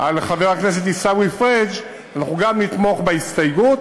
על חבר הכנסת עיסאווי פריג' אנחנו גם נתמוך בהסתייגות,